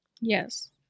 Yes